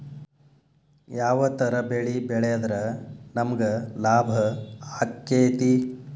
ಯಾವ ತರ ಬೆಳಿ ಬೆಳೆದ್ರ ನಮ್ಗ ಲಾಭ ಆಕ್ಕೆತಿ?